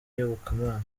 iyobokamana